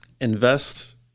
invest